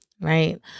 right